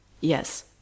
yes